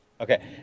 Okay